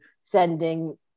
sending